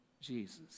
Jesus